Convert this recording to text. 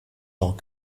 tant